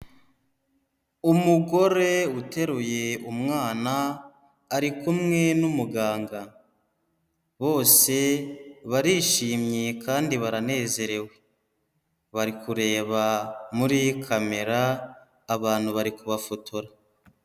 Umugore uteruye umwana, ari kumwe n'umuganga, bose barishimye kandi baranezerewe, bari kureba muri kamera, abantu bari kubafotora.